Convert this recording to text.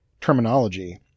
terminology